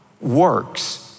works